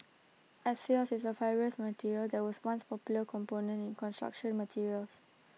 asbestos is A fibrous mineral that was once A popular component in construction materials